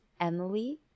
Emily